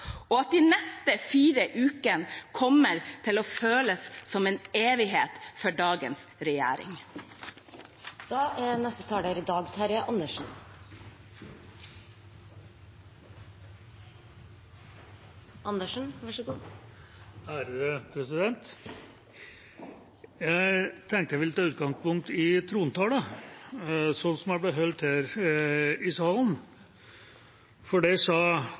og at de neste fire ukene kommer til å føles som en evighet for dagens regjering. Jeg tenkte jeg ville ta utgangspunkt i trontalen slik den ble holdt her i salen, for i den sa kongen på vegne av regjeringa: «Regjeringen vil beholde et samfunn med små forskjeller og tillit mellom folk.» Det